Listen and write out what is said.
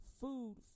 food